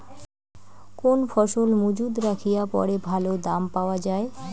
কোন ফসল মুজুত রাখিয়া পরে ভালো দাম পাওয়া যায়?